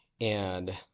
and-